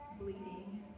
bleeding